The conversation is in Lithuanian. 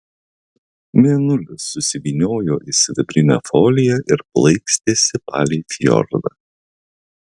mėnulis susivyniojo į sidabrinę foliją ir plaikstėsi palei fjordą